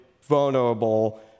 vulnerable